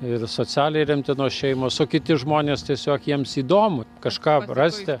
ir socialiai remtinos šeimos o kiti žmonės tiesiog jiems įdomu kažką rasti